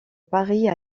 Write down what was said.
paris